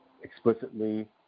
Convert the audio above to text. explicitly